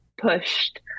pushed